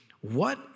What